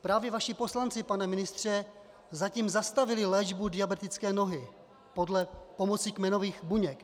Právě vaši poslanci, pane ministře, zatím zastavili léčbu diabetické nohy pomocí kmenových buněk.